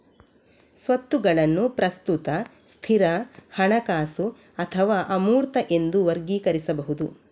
ಸ್ವತ್ತುಗಳನ್ನು ಪ್ರಸ್ತುತ, ಸ್ಥಿರ, ಹಣಕಾಸು ಅಥವಾ ಅಮೂರ್ತ ಎಂದು ವರ್ಗೀಕರಿಸಬಹುದು